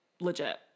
legit